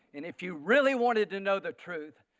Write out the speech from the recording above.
and if you really wanted to know the truth,